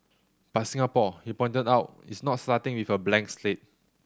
but Singapore he pointed out is not starting with a blank slate